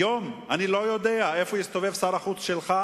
היום אני לא יודע איפה הסתובב שר החוץ שלך,